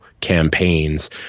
campaigns